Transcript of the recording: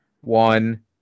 one